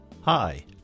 Hi